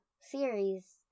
series